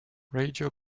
radio